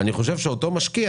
אני חושב שאותו משקיע